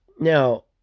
Now